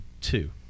two